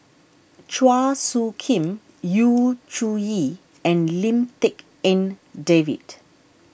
Chua Soo Khim Yu Zhuye and Lim Tik En David